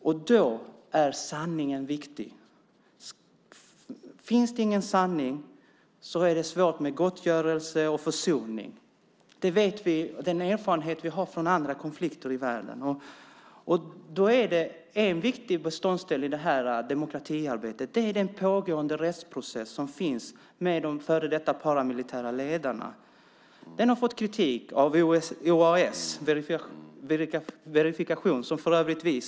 Och då är sanningen viktig. Finns det ingen sanning är det svårt med gottgörelse och försoning. Det vet vi genom de erfarenheter vi har från andra konflikter i världen. En viktig beståndsdel i det demokratiarbetet är den rättsprocess som pågår mot de före detta paramilitära ledarna. Den har fått kritik av OAS-verifikationen, som Sverige för övrigt stöder.